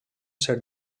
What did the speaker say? ser